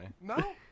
No